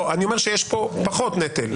לא, אני אומר שיש פה פחות נטל.